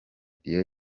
dion